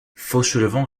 fauchelevent